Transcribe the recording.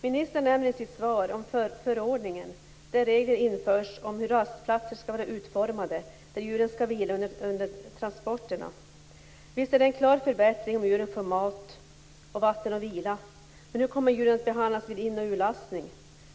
Ministern nämnde i sitt svar att regler införs i förordningen om hur rastplatser skall vara utformade där djuren skall vila under transporterna. Visst är det en klar förbättring om djuren får mat, vatten och vila. Men hur kommer djuren att behandlas vid in och urlastning?